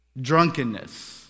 drunkenness